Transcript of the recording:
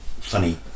funny